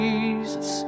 Jesus